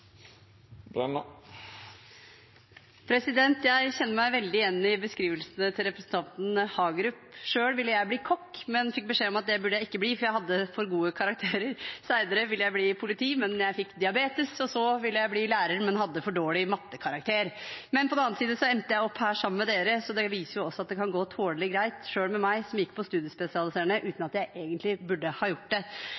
Jeg kjenner meg veldig igjen i beskrivelsene til representanten Hagerup. Selv ville jeg bli kokk, men fikk beskjed om at det burde jeg ikke bli, for jeg hadde for gode karakterer. Senere ville jeg bli politi, men jeg fikk diabetes, og så ville jeg bli lærer, men hadde for dårlig mattekarakter. På den annen side endte jeg opp her sammen med dere, så det viser jo også at det kan gå tålelig greit, selv med meg som gikk på studiespesialiserende uten